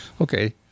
Okay